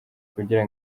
kugira